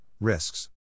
risks